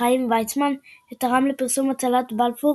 חיים ויצמן, שתרם לפרסום הצהרת בלפור